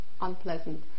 unpleasant